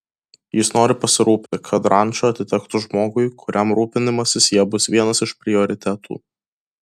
jis nori pasirūpinti kad ranča atitektų žmogui kuriam rūpinimasis ja bus vienas iš prioritetų